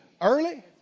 early